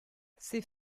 c’est